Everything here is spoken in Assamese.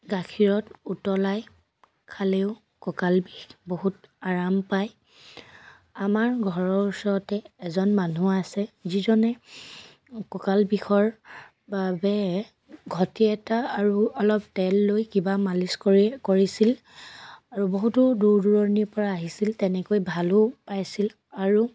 গাখীৰত উতলাই খালেও কঁকাল বিষ বহুত আৰাম পায় আমাৰ ঘৰৰ ওচৰতে এজন মানুহ আছে যিজনে কঁকাল বিষৰ বাবে ঘটি এটা আৰু অলপ তেল লৈ কিবা মালিচ কৰি কৰিছিল আৰু বহুতো দূৰ দূৰণিৰ পৰা আহিছিল তেনেকৈ ভালো পাইছিল আৰু